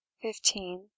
fifteen